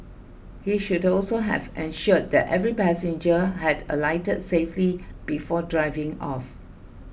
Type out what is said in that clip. he should also have ensured that every passenger had alighted safely before driving off